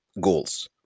goals